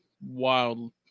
wild